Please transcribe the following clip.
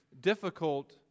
difficult